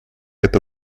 это